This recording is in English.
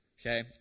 Okay